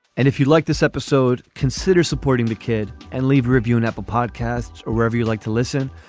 and if you'd like this episode consider supporting the kid and leave. review an app a podcast or whatever you like to listen.